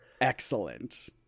excellent